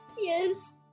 Yes